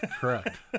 Correct